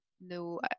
no